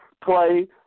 play